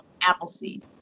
Appleseed